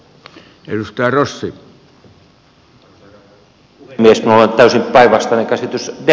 minulla on täysin päinvastainen käsitys demokratiasta